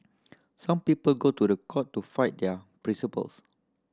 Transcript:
some people go to the court to fight their principles